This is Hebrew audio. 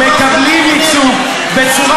הרי